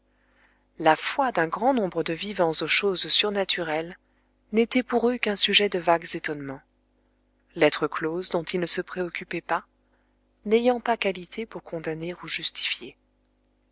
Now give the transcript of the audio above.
la foi d'un grand nombre de vivants aux choses surnaturelles n'était pour eux qu'un sujet de vagues étonnements lettre close dont ils ne se préoccupaient pas n'ayant pas qualité pour condamner ou justifier